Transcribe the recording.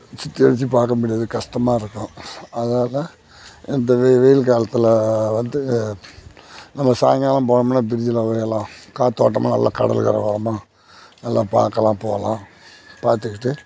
சுத்தியடிச்சு பார்க்க முடியாது கஷ்டமாக இருக்கும் அதால் இந்த வெ வெயில் காலத்தில் வந்து நம்ம சாயங்காலம் போனம்னால் பிரிட்ஜில் ஓ எல்லாம் காத்தோட்டமாக நல்லா கடல் கரை ஓரமாக நல்லா பார்க்கலாம் போகலாம் பார்த்துக்கிட்டு